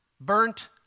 burnt